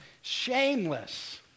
shameless